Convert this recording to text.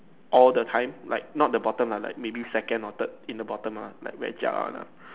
all the time like not the bottom lah like maybe second or third in the bottom lah like very jialat one lah